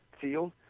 field